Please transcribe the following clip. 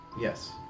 Yes